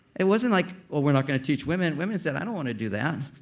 it wasn't like, we're not gonna teach women. women said, i don't want to do that.